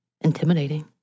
intimidating